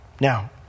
Now